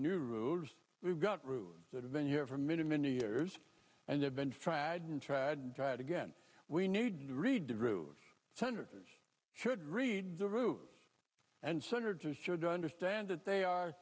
new rules we've got rules that have been here for many many years and they've been tried and tried and tried again we need to read through senators should read the rules and senators should do understand that they are